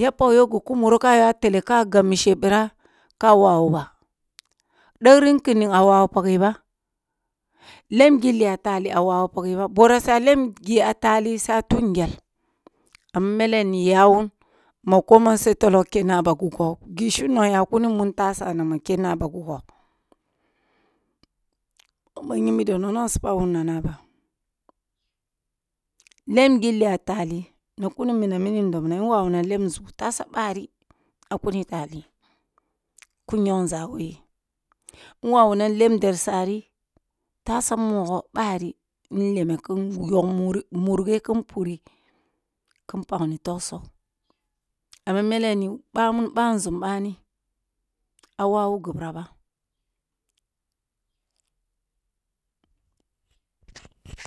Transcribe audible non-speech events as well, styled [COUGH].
Ya pallyo gi kum muro ka yuwa tele ka gab mishe bira ka wawu ba degri nicini a wawu ba, lem gili a tali a wawu page ba borah saya lemgi a tali suya ta ngel amme meli ni ye wun ma koman sai tolo kena a ba gugogo, gi shidon ga kuni mi tabe na ma kenna a ba guggo bayimbi du nono su kuni minarn ndobna nwawuna temgi nzugu tasa bari a kuni tali, ku nyog nzah who yi nwawuna tem demsari tasa mogoh, bari nteme kin wog more kin puri kin pakni togsigh amma mele ni bamun be nzum bami a wawu gibira ba [NOISE]